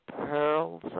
pearls